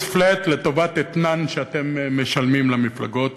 flat לטובת אתנן שאתם משלמים למפלגות